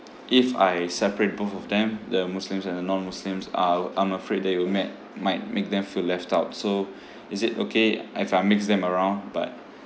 if I separate both of them the muslims and the non muslims uh I'm afraid they will mat~ might make them feel left out so is it okay if I mix them around but